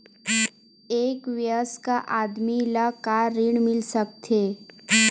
एक वयस्क आदमी ल का ऋण मिल सकथे?